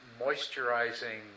moisturizing